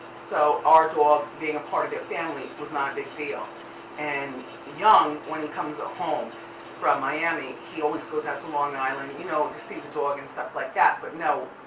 so, our dog being a part of their family was not a big deal and young, when he comes home from miami, he always goes out to long island, you know, to see the dog and stuff like that, but no,